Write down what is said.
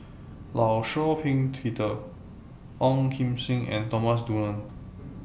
law Shau Ping Peter Ong Kim Seng and Thomas Dunman